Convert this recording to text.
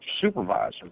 supervisor